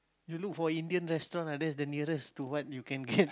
you look for Indian restaurant ah that's the nearest to what you can get